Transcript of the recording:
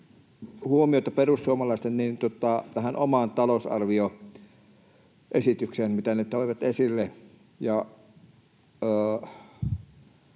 huomiota perussuomalaisten omaan talousarvioesitykseen, mitä he toivat esille.